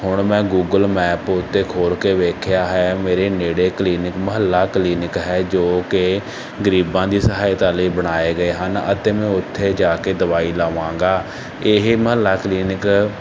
ਹੁਣ ਮੈਂ Google map ਉਤੇ ਖੋਲ੍ਹ ਕੇ ਵੇਖਿਆ ਹੈ ਮੇਰੇ ਨੇੜੇ ਕਲੀਨਿਕ ਮੁਹੱਲਾ ਕਲੀਨਿਕ ਹੈ ਜੋ ਕਿ ਗਰੀਬਾਂ ਦੀ ਸਹਾਇਤਾ ਲਈ ਬਣਾਏ ਗਏ ਹਨ ਅਤੇ ਮੈਂ ਉੱਥੇ ਜਾ ਕੇ ਦਵਾਈ ਲਵਾਂਗਾ ਇਹ ਮੁਹੱਲਾ ਕਲੀਨਿਕ